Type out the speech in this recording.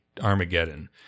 Armageddon